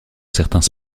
certains